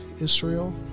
Israel